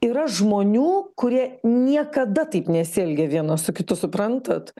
yra žmonių kurie niekada taip nesielgia vienas su kitu suprantat